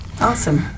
Awesome